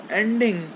ending